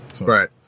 Right